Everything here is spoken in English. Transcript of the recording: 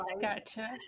gotcha